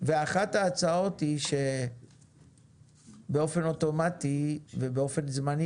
ואחת ההצעות היא שבאופן אוטומטי ובאופן זמני,